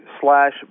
slash